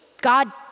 God